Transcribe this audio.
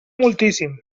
moltíssim